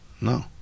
No